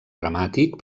dramàtic